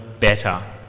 better